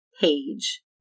page